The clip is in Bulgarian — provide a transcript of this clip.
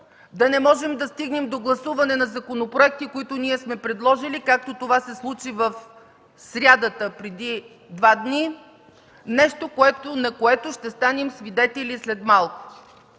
да не можем да стигнем до гласуване на законопроекти, които сме предложили, както това се случи в сряда, преди два дни – нещо, на което ще станем свидели след малко.